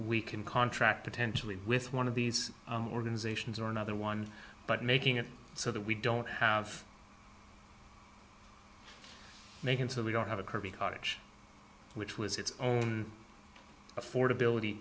we can contract potentially with one of these organizations or another one but making it so that we don't have to make it so we don't have a kirby cottage which was its own affordability